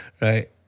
Right